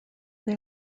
they